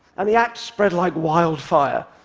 and the act spread like wildfire.